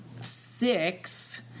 six